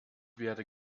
werde